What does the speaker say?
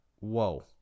Whoa